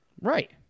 Right